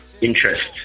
interest